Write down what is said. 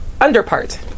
underpart